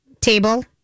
table